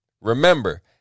Remember